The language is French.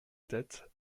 tête